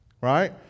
right